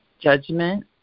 judgment